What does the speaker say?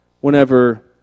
whenever